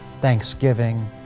thanksgiving